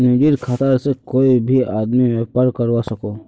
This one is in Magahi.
निजी खाता से कोए भी आदमी व्यापार करवा सकोहो